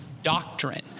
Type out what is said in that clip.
doctrine